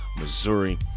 Missouri